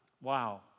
Wow